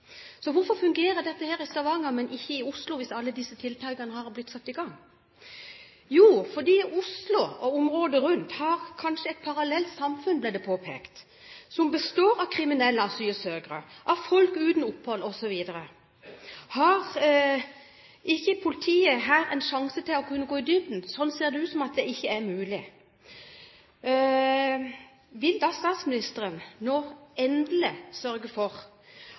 Hvorfor fungerer dette i Stavanger, men ikke i Oslo, hvis alle disse tiltakene her har blitt satt i gang? Jo, fordi Oslo og området rundt kanskje har et parallelt samfunn, ble det påpekt, som består av kriminelle asylsøkere, av folk uten lovlig opphold osv. Har ikke politiet her en sjanse til å kunne gå i dybden? Det ser ikke ut som om det er mulig. Vil statsministeren nå endelig sørge for